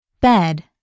Bed